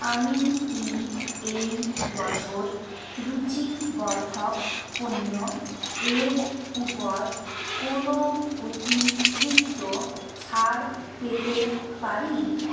আমি কি এই বছর রুচিবর্ধক পণ্যের উপর কোনো অতিরিক্ত ছাড় পেতে পারি